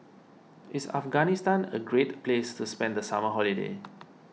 is Afghanistan a great place to spend the summer holiday